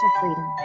freedom